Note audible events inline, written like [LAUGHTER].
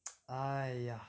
[NOISE] !aiya!